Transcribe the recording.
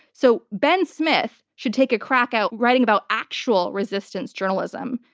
so ben smith should take a crack at writing about actual resistance journalism,